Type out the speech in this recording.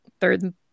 third